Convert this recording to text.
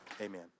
amen